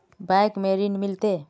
Bank में ऋण मिलते?